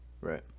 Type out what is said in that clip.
Right